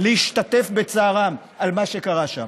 להשתתף בצערם על מה שקרה שם.